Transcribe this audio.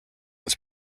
was